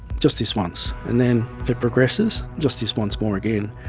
just this once, and then it progresses, just this once more again,